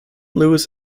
lewis